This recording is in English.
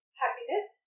happiness